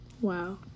Wow